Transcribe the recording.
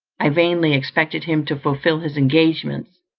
i vainly expected him to fulfil his engagements,